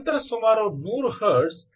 ನಂತರ ಸುಮಾರು ನೂರು ಹರ್ಟ್ಜ್ 0